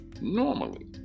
normally